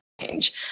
change